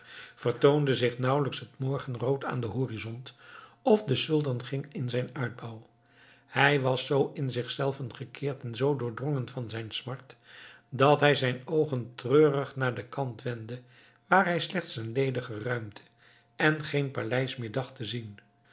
vertoonde zich nauwelijks het morgenrood aan den horizont of de sultan ging in zijn uitbouw hij was zoo in zichzelven gekeerd en zoo doordrongen van zijn smart dat hij zijn oogen treurig naar den kant wendde waar hij slechts een ledige ruimte en geen paleis meer dacht te zien